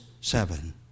seven